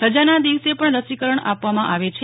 રજાના દિવસે પણ રસીકરણ આપવામાં આવે છે